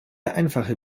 einfache